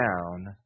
down